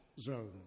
zone